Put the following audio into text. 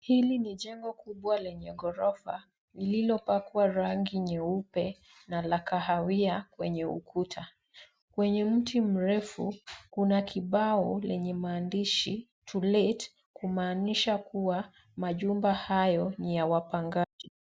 Hili ni jengo kubwa lenye ghorofa lililopakwa rangi nyeupe na la kahawia kwenye ukuta. Kwenye mti mrefu kuna kibao lenye maandishi to let kumaanisha kuwa majumba hayo ni ya wapangaji.